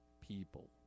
people